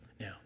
Now